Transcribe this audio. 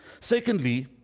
Secondly